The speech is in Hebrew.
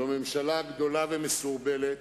זו ממשלה גדולה ומסורבלת,